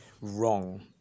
wrong